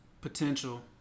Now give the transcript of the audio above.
potential